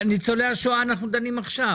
על ניצולי השואה אנחנו דנים עכשיו,